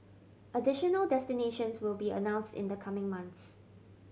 additional destinations will be announced in the coming months